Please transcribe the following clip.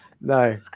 No